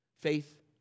Faith